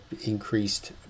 increased